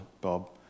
Bob